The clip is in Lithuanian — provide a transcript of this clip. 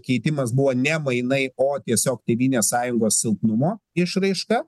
keitimas buvo ne mainai o tiesiog tėvynės sąjungos silpnumo išraiška